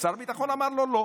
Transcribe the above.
ושר הביטחון אמר לו לא.